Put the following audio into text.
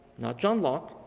not john law,